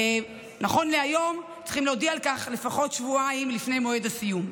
נכון להיום צריכים להודיע על כך לפחות שבועיים לפני מועד הסיום,